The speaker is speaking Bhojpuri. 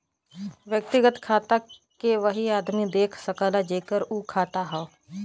व्यक्तिगत खाता के वही आदमी देख सकला जेकर उ खाता हौ